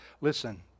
Listen